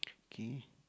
K